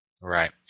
Right